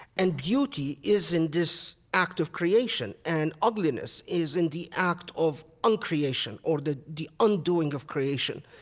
and beauty is in this act of creation. and ugliness is in the act of uncreation, or the the undoing of creation.